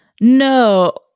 No